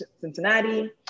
Cincinnati